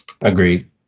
Agreed